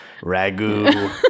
Ragu